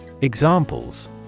Examples